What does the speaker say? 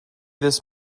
this